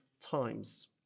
times